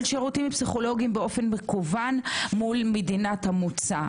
שירותים פסיכולוגיים באופן מקוון מול מדינת המוצא.